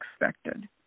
expected